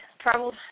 traveled